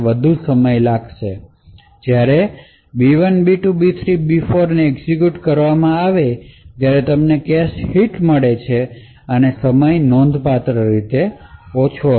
જ્યારે B1 B2 B3 અથવા B4 ને એક્ઝેક્યુટ કરવામાં આવે ત્યારે તમને કેશ હિટ મળશે અને સમય નોંધપાત્ર રીતે ઓછો હશે